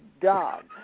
dog